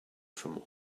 from